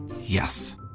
Yes